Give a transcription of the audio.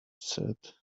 said